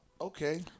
Okay